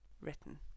written